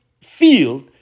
field